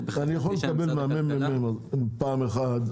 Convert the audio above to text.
חצי שנה- -- אני יכול לקבל מענה פעם אחת,